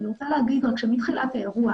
אני רוצה להגיד רק שמתחילת האירוע